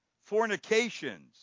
fornications